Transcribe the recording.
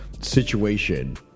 situation